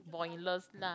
pointless lah